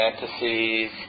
fantasies